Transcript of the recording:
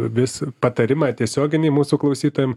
vis patarimą tiesioginį mūsų klausytojam